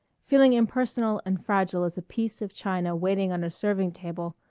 feeling impersonal and fragile as a piece of china waiting on a serving table,